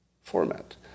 format